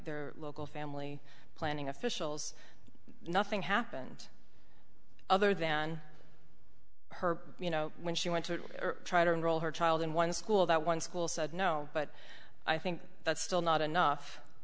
their local family planning officials nothing happened other than her you know when she went to try to enroll her child in one school that one school said no but i think that's still not enough